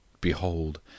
Behold